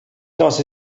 das